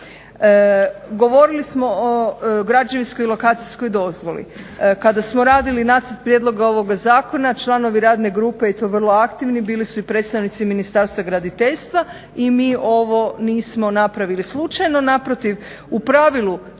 Govorili smo o građevinskoj i lokacijskoj dozvoli. Kada smo radili Nacrt prijedloga ovoga Zakona članovi radne grupe i to vrlo aktivni bili su i predstavnici Ministarstva graditeljstva i mi ovo nismo napravili slučajno. Naprotiv, u pravilu